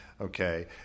Okay